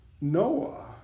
Noah